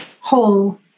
whole